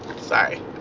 sorry